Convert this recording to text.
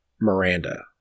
Miranda